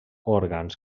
òrgans